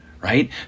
right